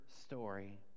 story